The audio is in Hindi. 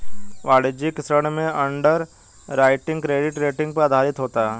वाणिज्यिक ऋण में अंडरराइटिंग क्रेडिट रेटिंग पर आधारित होता है